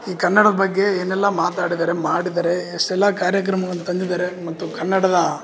ಈ ಕನ್ನಡದ ಬಗ್ಗೆ ಏನೆಲ್ಲಾ ಮಾತಾಡಿದ್ದಾರೆ ಮಾಡಿದ್ದಾರೆ ಎಷ್ಟೆಲ್ಲ ಕಾರ್ಯಕ್ರಮವನ್ನು ತಂದಿದ್ದಾರೆ ಮತ್ತು ಕನ್ನಡದ